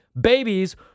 babies